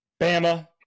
Bama